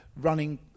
running